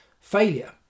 failure